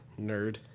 nerd